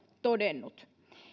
todennut